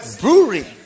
Brewery